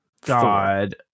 God